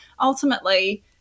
ultimately